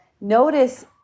notice